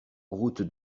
route